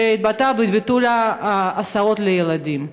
שהתבטא בביטול ההסעות לילדים?